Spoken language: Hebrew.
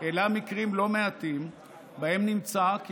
העלה מקרים לא מעטים שבהם נמצא כי